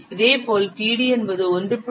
இதேபோல் td என்பது 1